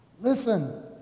Listen